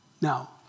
Now